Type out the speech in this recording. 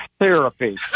therapy